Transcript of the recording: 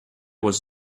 was